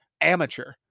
amateur